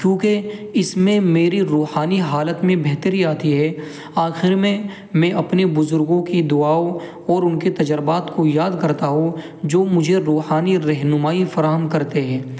کیونکہ اس میں میری روحانی حالت میں بہتری آتی ہے آخر میں میں اپنے بزرگوں کی دعاؤں اور ان کے تجربات کو یاد کرتا ہوں جو مجھے روحانی رہنمائی فراہم کرتے ہیں